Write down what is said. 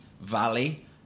Valley